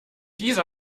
diese